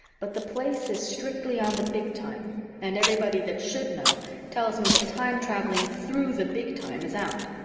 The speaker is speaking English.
but the place is strictly on the big time and everybody that should know tells me that time traveling through the big time is out.